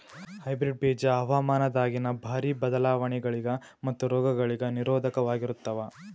hybrid ಬೀಜ ಹವಾಮಾನದಾಗಿನ ಭಾರಿ ಬದಲಾವಣೆಗಳಿಗ ಮತ್ತು ರೋಗಗಳಿಗ ನಿರೋಧಕವಾಗಿರುತ್ತವ